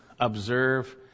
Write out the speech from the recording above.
observe